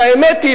והאמת היא,